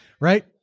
right